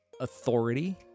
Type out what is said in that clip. authority